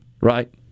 right